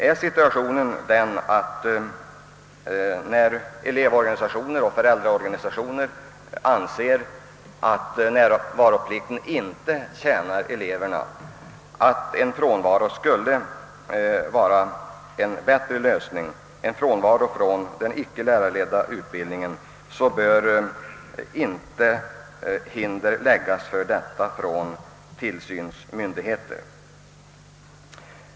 Är situationen den, att elevorganisationer och föräldraföreningar anser att närvaroplikten inte gagnar eleverna och att en frånvaro från den icke lärarledda undervisningen skulle vara en bättre lösning, så bör tillsynsmyndigheterna inte lägga hinder i vägen härför.